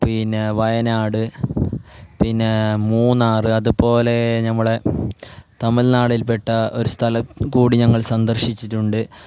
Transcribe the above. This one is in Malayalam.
പിന്നെ വയനാട് പിന്നെ മൂന്നാർ അതു പോലെ നമ്മളെ തമിഴ്നാട്ടിൽ പെട്ട ഒരു സ്ഥലം കൂടി ഞങ്ങൾ സന്ദർശിച്ചിട്ടുണ്ട്